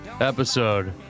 episode